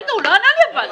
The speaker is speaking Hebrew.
רגע, הוא לא ענה לי אבל.